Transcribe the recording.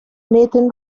nathan